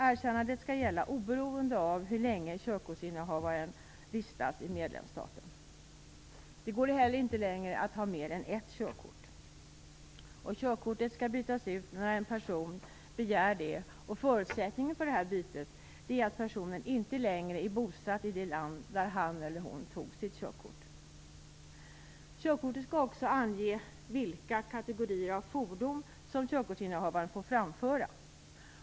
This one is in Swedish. Erkännandet skall gälla oberoende av hur länge körkortsinnehavaren vistas i medlemsstaterna. Det går inte heller längre att ha mer än ett körkort. Körkortet skall bytas ut när en person begär det. Förutsättningen för bytet skall vara att personen i fråga inte längre är bosatt i det land där han eller hon tog sitt körkort. Körkortet skall också ange vilka kategorier av fordon som körkortsinnehavaren får framföra.